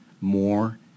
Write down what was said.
more